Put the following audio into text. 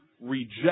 reject